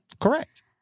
Correct